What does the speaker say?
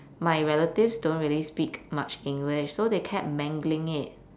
my relatives don't really speak much english so they kept mangling it